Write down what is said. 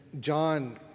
John